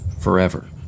forever